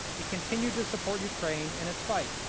to continue to support ukraine and its type